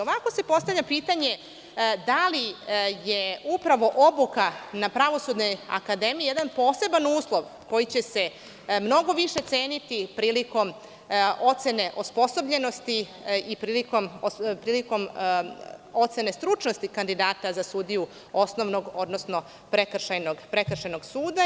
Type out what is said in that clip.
Ovako se postavlja pitanje, da li je upravo obuka na Pravosudnoj akademiji jedan poseban uslov koji će se mnogo više ceniti prilikom ocene osposobljenosti i prilikom ocene stručnosti kandidata za sudiju osnovnog, odnosno prekršajnog suda.